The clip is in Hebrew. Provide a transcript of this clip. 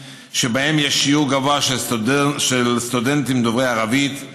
שבהם יש שיעור גבוה של סטודנטים דוברי ערבית,